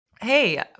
Hey